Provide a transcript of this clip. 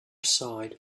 side